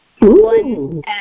One